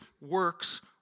works